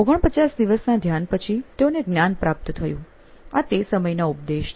49 દિવસના ધ્યાન પછી તેઓને જ્ઞાન પ્રાપ્ત થયું આ તે સમયના ઉપદેશ છે